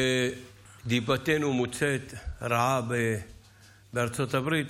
כשדיבתנו מוצאת רעה בארצות הברית,